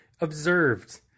observed